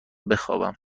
بخوابم